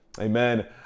Amen